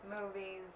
movies